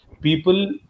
people